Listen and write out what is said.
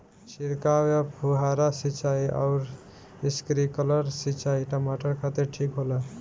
छिड़काव या फुहारा सिंचाई आउर स्प्रिंकलर सिंचाई टमाटर खातिर ठीक होला?